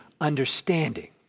understanding